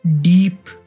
Deep